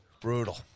Brutal